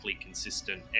consistent